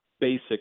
basic